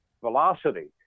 velocity